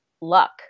luck